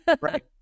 Right